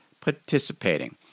participating